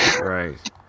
Right